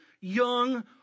young